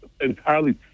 entirely